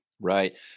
Right